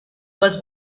was